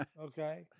Okay